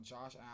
Josh